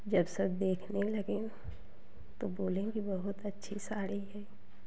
जब सब देखने लगें तो बोलें कि बहुत अच्छी साड़ी है